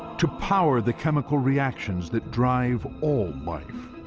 to power the chemical reactions that drive all life,